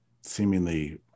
seemingly